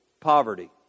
poverty